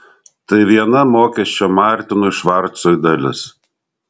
tai viena mokesčio martinui švarcui dalis